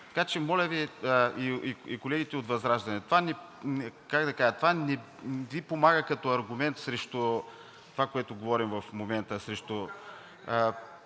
Така че, моля Ви, и колегите от Възраждане, това не Ви помага като аргумент срещу това, което говорим в момента,